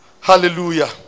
Hallelujah